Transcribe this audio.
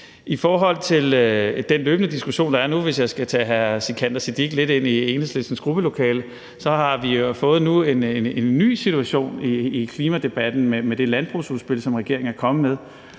I forhold til den løbende diskussion, der er nu, kan jeg, hvis jeg skal tage hr. Sikandar Siddique lidt med ind i Enhedslistens gruppelokale, sige, at vi jo nu har fået en ny situation i klimadebatten med det landbrugsudspil, som regeringen er kommet med,